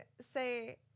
say